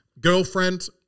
girlfriend